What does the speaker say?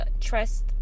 trust